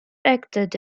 acted